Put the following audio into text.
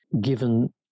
given